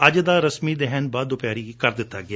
ਅੱਜ ਦਾ ਰਸਮੀ ਦਹਿਣ ਬਾਦ ਦੁਪਹਿਰ ਵੇਲੇ ਹੀ ਕਰ ਦਿੱਤਾ ਗਿਆ